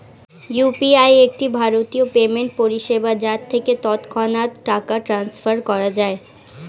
UPI একটি ভারতীয় payment পরিষেবা যার থেকে তৎক্ষণাৎ টাকা ট্রান্সফার করা যায়